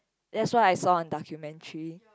that's what I saw on documentary